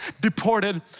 deported